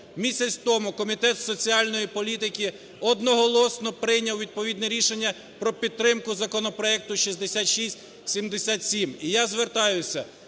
місяць тому Комітет соціальної політики одноголосно прийняв відповідне рішення про підтримку законопроекту 6677. І я звертаюся